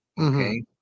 Okay